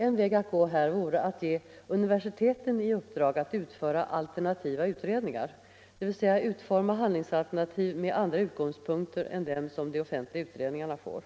En väg att gå här vore att ge universiteten i uppdrag att utföra alternativa utredningar, dvs. utforma handlingsalternativ med andra utgångspunkter än dem som de offentliga utredningarna får.